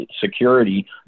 security